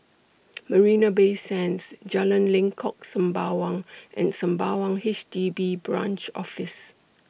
Marina Bay Sands Jalan Lengkok Sembawang and Sembawang H D B Branch Office